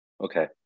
Okay